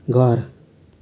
घर